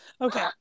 Okay